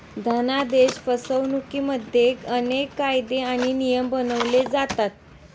धनादेश फसवणुकिमध्ये अनेक कायदे आणि नियम बनवले जातात